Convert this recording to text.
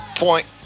point